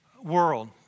world